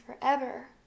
forever